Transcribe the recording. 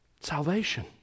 salvation